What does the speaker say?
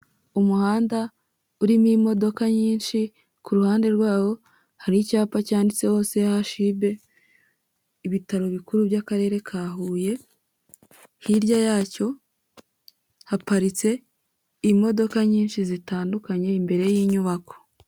Umuhanda urimo imodoka nyinshi, ku ruhande rwawo hari icyapa cyanditseho CHUB, ibitaro bikuru by'Akarere ka Huye, hirya yacyo haparitse imodoka nyinshi zitandukanye imbere y'inyubako.